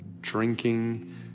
drinking